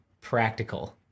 practical